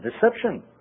deception